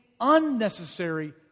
unnecessary